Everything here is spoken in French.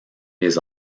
des